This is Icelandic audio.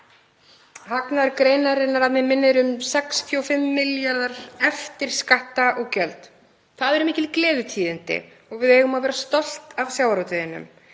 hagnaður greinarinnar að mig minnir um 65 milljarðar eftir skatta og gjöld. Það eru mikil gleðitíðindi og við eigum að vera stolt af sjávarútveginum.